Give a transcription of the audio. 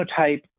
genotype